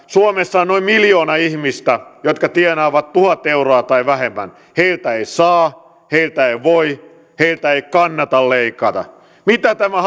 suomessa on noin miljoona ihmistä jotka tienaavat tuhat euroa tai vähemmän ja heiltä ei saa heiltä ei voi heiltä ei kannata leikata mitä tämä